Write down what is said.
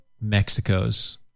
Mexico's